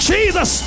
Jesus